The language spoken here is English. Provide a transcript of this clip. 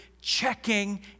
checking